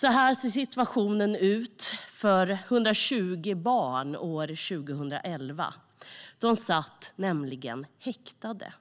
Så här såg situationen ut för 120 barn år 2011. De satt nämligen häktade.